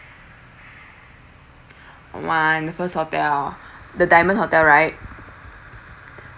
one the first hotel the diamond hotel right